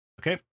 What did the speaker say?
Okay